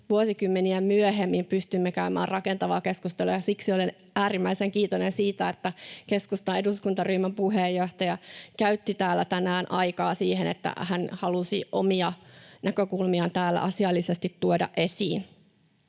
vuosikymmeniä myöhemmin pystymme käymään rakentavaa keskustelua, ja siksi olen äärimmäisen kiitollinen siitä, että keskustan eduskuntaryhmän puheenjohtaja käytti täällä tänään aikaa siihen, että hän halusi omia näkökulmiaan täällä asiallisesti tuoda esiin.